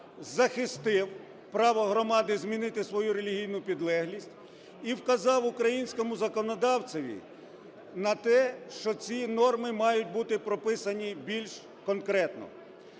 захистив право громади змінити свою релігійну підлеглість і вказав українському законодавцеві на те, що ці норми мають бути прописані більш конкретно.